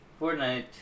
Fortnite